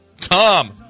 Tom